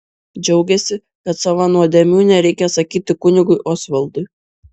džiaugėsi kad savo nuodėmių nereikia sakyti kunigui osvaldui